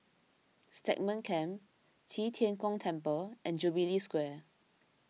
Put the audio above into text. Stagmont Camp Qi Tian Gong Temple and Jubilee Square